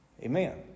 Amen